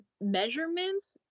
measurements